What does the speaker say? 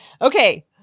Okay